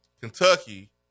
Kentucky